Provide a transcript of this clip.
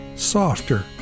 softer